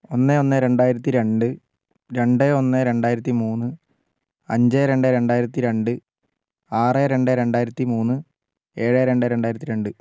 ഒന്ന് ഒന്ന് രണ്ടായിരത്തി രണ്ട് രണ്ട് ഒന്ന് രണ്ടായിരത്തി മൂന്ന് അഞ്ച് രണ്ട് രണ്ടായിരത്തി രണ്ട് ആറ് രണ്ട് രണ്ടായിരത്തി മൂന്ന് ഏഴ് രണ്ട് രണ്ടായിരത്തി രണ്ട്